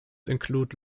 include